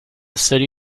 city